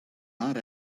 not